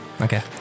Okay